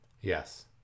Yes